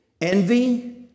envy